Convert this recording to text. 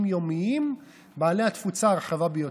היומיים בעלי התפוצה הרחבה ביותר.